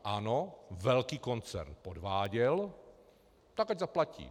Ano, velký koncern podváděl, tak ať zaplatí.